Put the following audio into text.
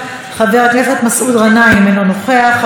חבר הכנסת עפר שלח,